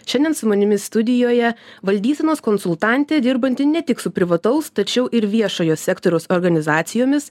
šiandien su manimi studijoje valdysenos konsultantė dirbanti ne tik su privataus tačiau ir viešojo sektoriaus organizacijomis